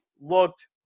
looked